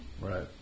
Right